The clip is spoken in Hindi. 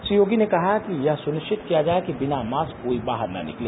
श्री योगी ने कहा कि यह सुनिश्चित किया जाए कि बिना मास्क कोई बाहर न निकले